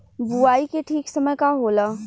बुआई के ठीक समय का होला?